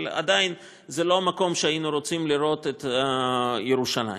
אבל עדיין זה לא מקום שהיינו רוצים לראות בו את ירושלים.